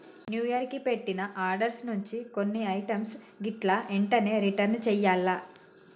new year కి పెట్టిన orders నుంచి కొన్ని ఐటమ్స్ గిట్లా ఎంటనే రిటర్న్ చెయ్యాల్ల